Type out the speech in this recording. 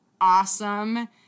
awesome